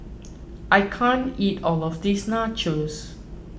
I can't eat all of this Nachos